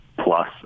plus